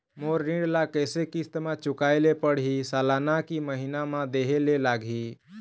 मोर ऋण ला कैसे किस्त म चुकाए ले पढ़िही, सालाना की महीना मा देहे ले लागही?